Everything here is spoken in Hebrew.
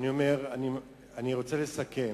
אני רוצה לסכם: